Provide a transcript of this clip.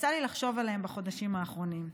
ויצא לי לחשוב עליהם בחודשים האחרונים.